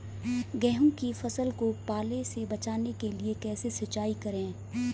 गेहूँ की फसल को पाले से बचाने के लिए कैसे सिंचाई करें?